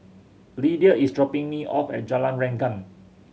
Lidia is dropping me off at Jalan Rengkam